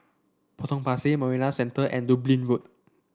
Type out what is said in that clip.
Potong Pasir Marina Centre and Dublin Road